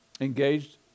engaged